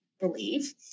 believe